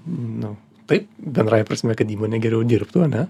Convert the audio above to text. nu taip bendrąja prasme kad įmonė geriau dirbtų ane